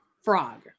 Frog